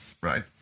right